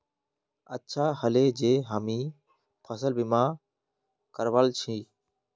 अच्छा ह ले जे हामी फसल बीमा करवाल छि